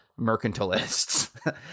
mercantilists